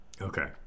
Okay